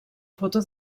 foto